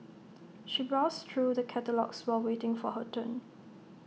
she browsed through the catalogues while waiting for her turn